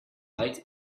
late